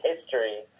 history